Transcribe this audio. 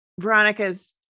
Veronica's